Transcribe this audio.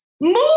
move